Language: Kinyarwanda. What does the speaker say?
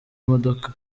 imodoka